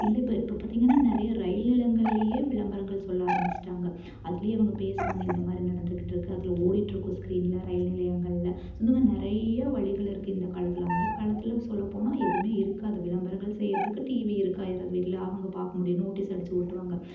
இல்லை இப்போ இப்போ பார்த்திங்கன்னா நிறைய ரயில் நிலையங்களிலையே விளம்பரங்கள் சொல்ல ஆரமிச்சுட்டாங்க அதிலையே அவங்க பேசுவாங்க இந்த மாதிரி நடந்துக்கிட்டு இருக்குது அதில் ஓடிகிட்டு இருக்கும் ஸ்கீரீனில் ரயில் நிலையங்களில் ஸோ இந்த மாதிரி நிறைய வழிகள் இருக்குது இந்த காலத்தில் அந்த காலத்தில் சொல்ல போனால் எதுவுமே இருக்காது விளம்பரங்கள் செய்கிறதுக்கு டிவி இருக்கற யாராவது வீட்டில் அவங்க பார்க்கணும் முடியும் நோட்டிஸ் அடிச்சி ஒட்டுவாங்க